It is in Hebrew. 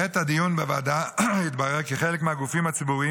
בעת הדיון בוועדה התברר כי בחלק מהגופים הציבוריים